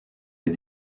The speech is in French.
les